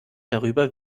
darüber